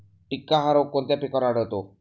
टिक्का हा रोग कोणत्या पिकावर आढळतो?